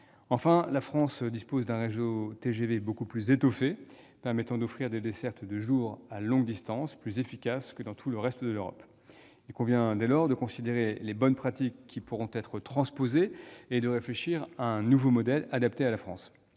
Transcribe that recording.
Enfin, la France dispose d'un réseau de TGV beaucoup plus étoffé permettant d'offrir des dessertes de jour à longue distance plus efficaces que dans tout le reste de l'Europe. Il convient donc de considérer les bonnes pratiques qui pourront être transposées et de réfléchir à un nouveau modèle adapté à la France.